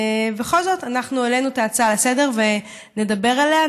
בכל זאת אנחנו העלינו את ההצעה לסדר-היום ונדבר עליה.